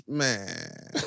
man